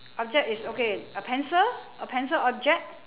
object is okay a pencil a pencil object